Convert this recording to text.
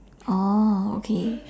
oh okay